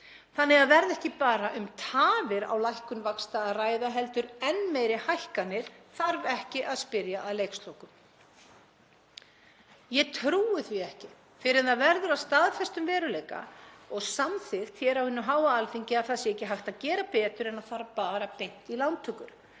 Þannig að verði ekki bara um tafir á lækkun vaxta að ræða heldur enn meiri hækkanir þarf ekki að spyrja að leikslokum. Ég trúi því ekki fyrr en það verður að staðfestum veruleika og samþykkt hér á hinu háa Alþingi að það sé ekki hægt að gera betur en að fara bara beint í lántökur